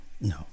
No